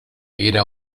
era